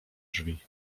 drzwi